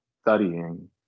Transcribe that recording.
studying